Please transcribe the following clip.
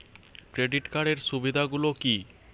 Credit কার্ডের সুবিধা গুলো কি?